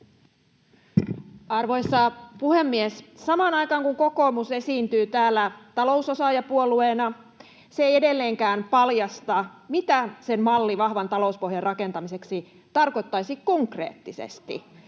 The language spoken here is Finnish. Arvoisa puhemies! Samaan aikaan, kun kokoomus esiintyy täällä talousosaajapuolueena, se ei edelleenkään paljasta, mitä sen malli vahvan talouspohjan rakentamiseksi tarkoittaisi konkreettisesti.